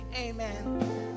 Amen